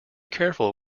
careful